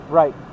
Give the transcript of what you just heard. right